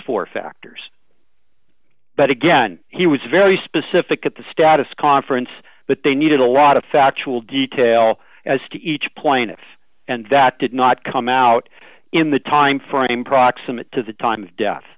four factors but again he was very specific at the status conference but they needed a lot of factual detail as to each point and that did not come out in the timeframe proximate to the time of death